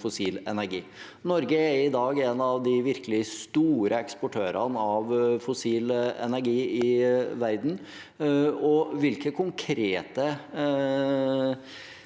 fossil energi. Norge er i dag en av de virkelig store eksportørene av fossil energi i verden. Hvilke konkrete